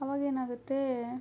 ಅವಾಗೇನಾಗುತ್ತೆ